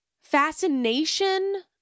fascination